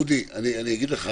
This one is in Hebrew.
אודי, אגיד לך